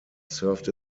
served